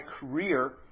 career